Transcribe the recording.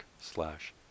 slash